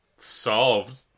solved